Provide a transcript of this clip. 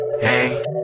hey